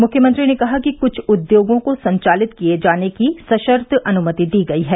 मुख्यमंत्री ने कहा कि कुछ उद्योगों को संचालित किए जाने की सशर्त अनुमति दी गई है